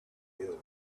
ill